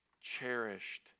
cherished